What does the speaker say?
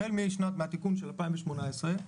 החל מהתיקון של 2018,